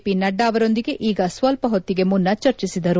P Nadda ಅವರೊಂದಿಗೆ ಈಗ ಸ್ವಲ್ಪ ಹೊತ್ತಿಗೆ ಮುನ್ನ ಚರ್ಚಿಸಿದರು